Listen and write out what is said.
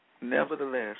nevertheless